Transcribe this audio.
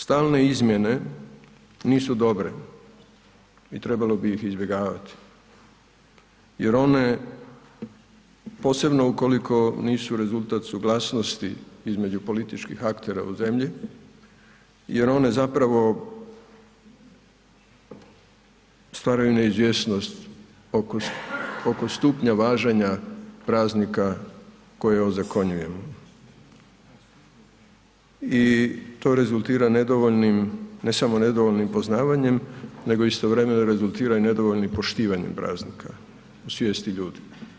Stalne izmjene nisu dobre i trebalo bi ih izbjegavati jer one posebno ukoliko nisu rezultat suglasnosti između političkih aktera u zemlji jer one zapravo stvaraju neizvjesnost oko stupnja važenja praznika koje ozakonjujemo i to rezultira nedovoljnim, ne samo nedovoljnim poznavanjem nego istovremeno rezultira i nedovoljnim poštivanjem praznika u svijesti ljudi.